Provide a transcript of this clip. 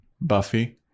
Buffy